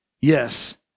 yes